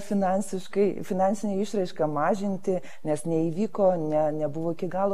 finansiškai finansine išraiška mažinti nes neįvyko ne nebuvo iki galo